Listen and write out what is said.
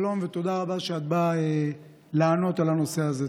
שלום ותודה רבה על שאת באה לענות בנושא הזה.